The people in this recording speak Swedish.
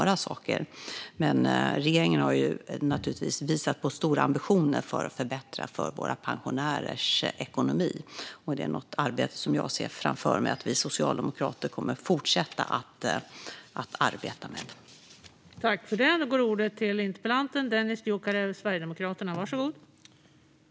Regeringen har visat på stora ambitioner att förbättra våra pensionärers ekonomi, och jag ser framför mig att vi socialdemokrater kommer att fortsätta att arbeta med detta.